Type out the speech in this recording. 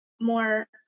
more